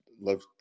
love